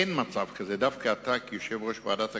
אין מצב כזה, דווקא אתה, כיושב-ראש ועדת הכלכלה,